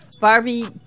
Barbie